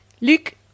Luke